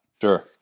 Sure